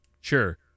Sure